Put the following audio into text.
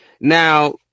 Now